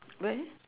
where